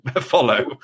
follow